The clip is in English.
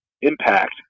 impact